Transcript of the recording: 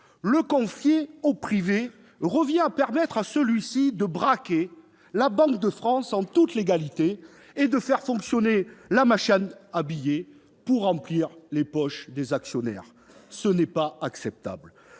Le confier au privé revient à permettre à celui-ci de braquer la Banque de France en toute légalité et de faire fonctionner la machine à billets pour remplir les poches des actionnaires. Ce n'est pas acceptable